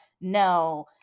no